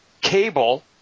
cable